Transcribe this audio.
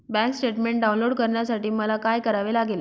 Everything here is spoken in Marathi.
बँक स्टेटमेन्ट डाउनलोड करण्यासाठी मला काय करावे लागेल?